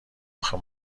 آخه